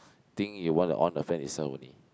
think you want to on the fan itself only